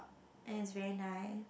and it's very nice